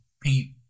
Paint